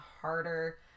harder